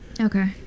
okay